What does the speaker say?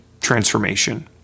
transformation